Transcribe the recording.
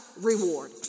reward